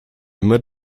immer